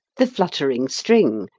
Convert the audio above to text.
the fluttering string,